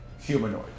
Humanoid